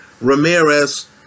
Ramirez